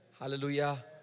Hallelujah